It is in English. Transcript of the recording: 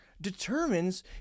determines